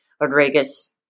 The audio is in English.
Rodriguez